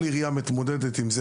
כל עירייה מתמודדת עם זה.